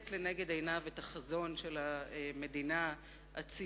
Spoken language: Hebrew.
לנגד עיניו את החזון של המדינה הציונית